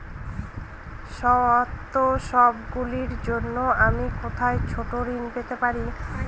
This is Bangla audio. উত্সবগুলির জন্য আমি কোথায় ছোট ঋণ পেতে পারি?